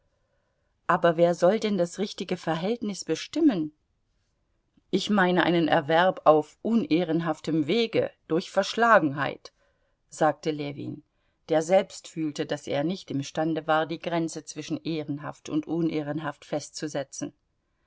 aber wer soll denn das richtige verhältnis bestimmen ich meine einen erwerb auf unehrenhaftem wege durch verschlagenheit sagte ljewin der selbst fühlte daß er nicht imstande war die grenze zwischen ehrenhaft und unehrenhaft festzusetzen